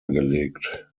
gelegt